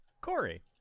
Corey